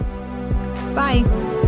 Bye